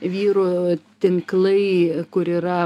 vyrų tinklai kur yra